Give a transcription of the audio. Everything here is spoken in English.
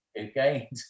okay